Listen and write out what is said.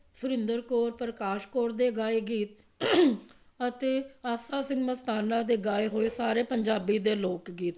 ਸੁਰਿੰਦਰ ਕੌਰ ਪ੍ਰਕਾਸ਼ ਕੌਰ ਦੇ ਗਾਏ ਗੀਤ ਅਤੇ ਆਸਾ ਸਿੰਘ ਮਸਤਾਨਾ ਦੇ ਗਾਏ ਹੋਏ ਸਾਰੇ ਪੰਜਾਬੀ ਦੇ ਲੋਕ ਗੀਤ